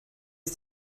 ist